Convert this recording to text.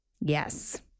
Yes